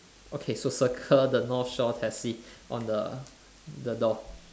okay so circle the north shore taxi on the the door